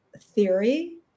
theory